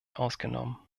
ausgenommen